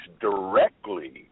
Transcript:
directly